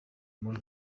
muri